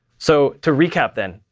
so to recap then.